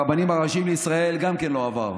ברבנים הראשיים בישראל גם לא עבר.